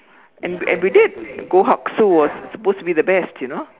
and we did Goh-Hak-Su was supposed to be the best you know